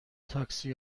تاکسی